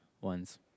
ones